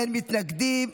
אין מתנגדים.